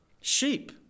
Sheep